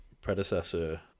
predecessor